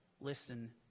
Listen